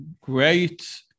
great